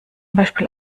beispiel